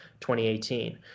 2018